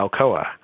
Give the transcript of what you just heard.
Alcoa